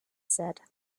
said